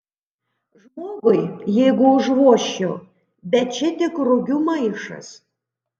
žmogui jeigu užvožčiau bet čia tik rugių maišas